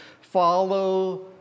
follow